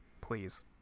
please